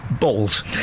balls